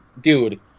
dude